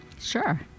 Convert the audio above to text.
Sure